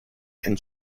and